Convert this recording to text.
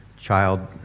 child